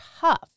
tough